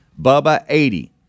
Bubba80